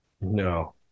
No